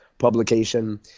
publication